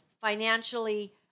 financially